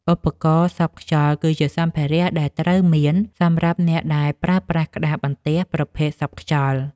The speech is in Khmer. ឧបករណ៍សប់ខ្យល់ គឺជាសម្ភារៈដែលត្រូវមានសម្រាប់អ្នកដែលប្រើប្រាស់ក្តារបន្ទះប្រភេទសប់ខ្យល់។